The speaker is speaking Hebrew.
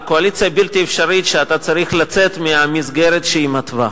על קואליציה בלתי אפשרית שאתה צריך לצאת מהמסגרת שהיא מתווה,